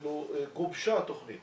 אפילו גובשה תוכנית